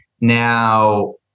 Now